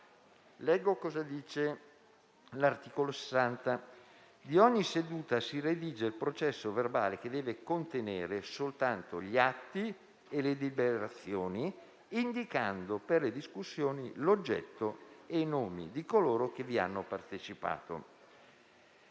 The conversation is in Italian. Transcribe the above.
Leggo cosa dice l'articolo 60 del Regolamento: «Di ogni seduta si redige il processo verbale, che deve contenere soltanto gli atti e le deliberazioni, indicando per le discussioni l'oggetto e i nomi di coloro che vi hanno partecipato».